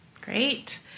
Great